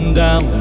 down